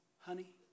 honey